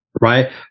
right